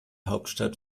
hauptstadt